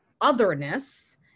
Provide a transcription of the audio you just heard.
otherness